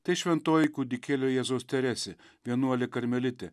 tai šventoji kūdikėlio jėzaus teresė vienuolė karmelitė